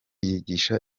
yigisha